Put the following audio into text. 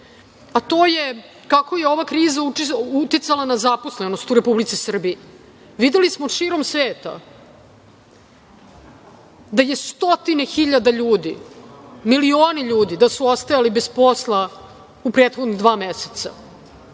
a to je kako je ova kriza uticala na zaposlenost u Republici Srbiji. Videli smo širom sveta da je stotine hiljada ljudi, milioni ljudi da su ostajali bez posla u prethodnih dva meseca.